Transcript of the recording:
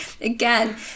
again